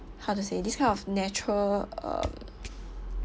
how to say this kind of natural uh